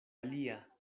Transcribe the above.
alia